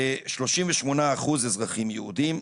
38 אחוז אזרחים יהודים,